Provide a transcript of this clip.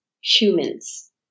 humans